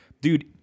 dude